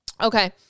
Okay